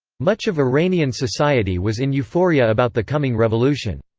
much of iranian society was in euphoria about the coming revolution.